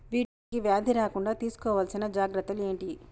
వీటికి వ్యాధి రాకుండా తీసుకోవాల్సిన జాగ్రత్తలు ఏంటియి?